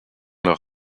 leurs